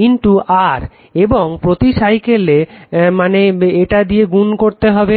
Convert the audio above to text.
2 2 R এবং প্রতি সাইকেলে মানে এটা দিয়ে গুণ করতে হবে